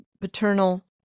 paternal